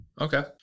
Okay